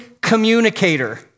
communicator